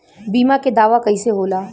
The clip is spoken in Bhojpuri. बीमा के दावा कईसे होला?